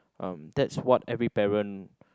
uh that's what every parent